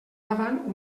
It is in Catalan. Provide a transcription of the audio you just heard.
davant